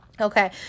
Okay